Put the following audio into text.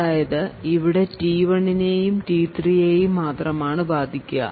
അതായത് ഇവിടെ T1 നെയും T3 യെയും മാത്രമാണ് ബാധിക്കുക